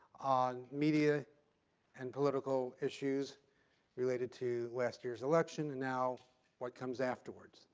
on media and political issues related to last year's election and now what comes afterwards.